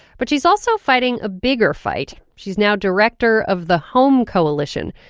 but she's also fighting a bigger fight. she's now director of the home coalition,